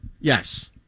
Yes